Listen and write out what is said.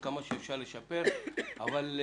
אלא צריך